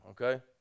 okay